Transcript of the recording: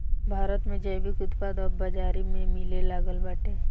भारत में जैविक उत्पाद अब बाजारी में मिलेलागल बाटे